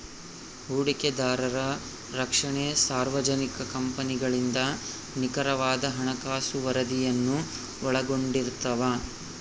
ಹೂಡಿಕೆದಾರರ ರಕ್ಷಣೆ ಸಾರ್ವಜನಿಕ ಕಂಪನಿಗಳಿಂದ ನಿಖರವಾದ ಹಣಕಾಸು ವರದಿಯನ್ನು ಒಳಗೊಂಡಿರ್ತವ